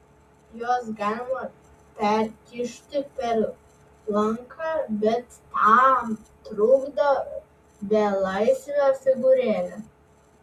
juos galima perkišti per lanką bet tam trukdo belaisvio figūrėlė